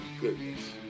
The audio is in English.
goodness